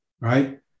right